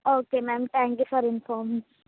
okay ma'am thank you for informing